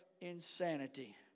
Insanity